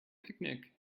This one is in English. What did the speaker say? picnic